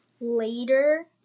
later